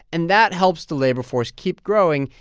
and that helps the labor force keep growing,